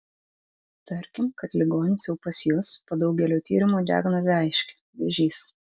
tarkim kad ligonis jau pas jus po daugelio tyrimų diagnozė aiški vėžys